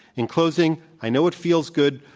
in closing, i know it feels good,